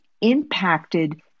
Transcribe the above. impacted